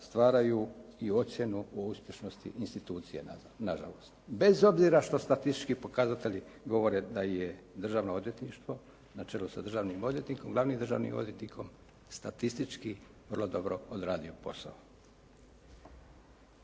stvaraju i ocjenu o uspješnosti institucije na žalost bez obzira što statistički pokazatelji govore da je Državno odvjetništvo na čelu sa državnim odvjetnikom, glavnim državnim odvjetnikom statistički vrlo dobro odradio posao.